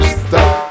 stop